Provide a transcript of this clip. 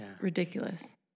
ridiculous